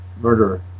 murderer